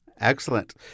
Excellent